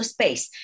Space